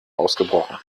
ausgebrochen